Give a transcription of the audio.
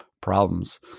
problems